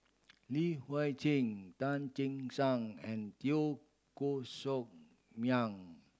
Li Hui Cheng Tan Che Sang and Teo Koh Sock Miang